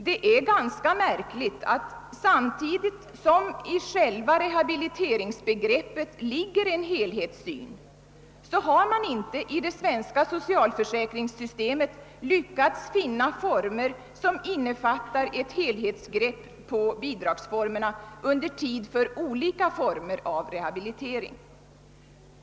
Det är ganska märkligt att samtidigt som det i själva rehabiliteringsbegreppet ligger en helhetssyn har man inte i det svenska socialförsäkringssystemet lyckats innefatta ett helhetsgrepp på bidragsformerna under tid för olika slag av rehabilitering.